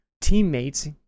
teammates